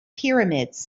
pyramids